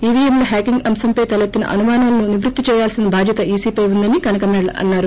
ఈవీఎంల హ్యాకింగ్ అంశంపై తలెత్తిన అనుమానాలను నివృత్తి చేయాల్సిన బాధ్యత ఈసీపై ఉందని కనకమేడల అన్నారు